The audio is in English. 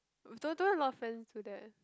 mm don't don't have a lot of friends do that